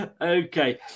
Okay